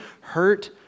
hurt